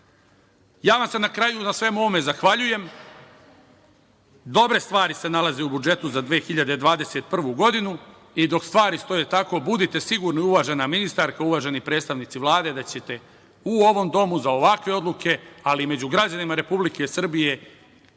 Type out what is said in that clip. vam se na kraju na svemu ovome zahvaljujem. Dobre stvari se nalaze u budžetu za 2021. godinu i dok stvari stoje tako, budite sigurni, uvažena ministarka, uvaženi predstavnici Vlade da ćete u ovom domu, za ovakve odluke, ali i među građanima Republike Srbije,